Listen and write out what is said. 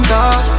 God